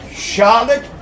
Charlotte